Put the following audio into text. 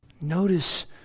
Notice